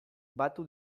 batu